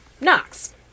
Knox